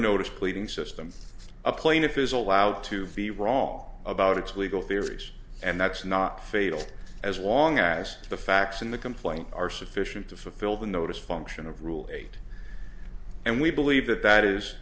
notice pleading system a plaintiff is allowed to be wrong about its legal theories and that's not fatal as long as the facts in the complaint are sufficient to fulfill the notice function of rule eight and we believe that that is